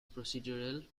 procedural